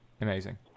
Amazing